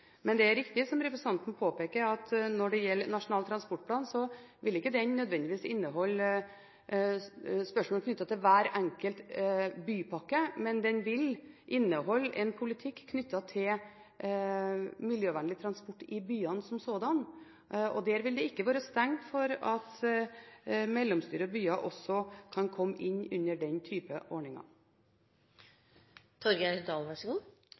Men det er riktig som representanten påpeker, at når det gjelder Nasjonal transportplan, vil ikke den nødvendigvis inneholde spørsmål knyttet til hver enkelt bypakke, men den vil inneholde en politikk knyttet til miljøvennlig transport i byene som sådan. Der vil det ikke være stengt for at mellomstore byer også kan komme inn under den type